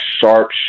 sharp